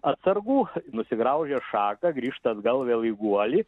atsargų nusigraužia šaką grįžta atgal vėl į guolį